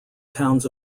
towns